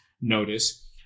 notice